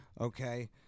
Okay